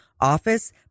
office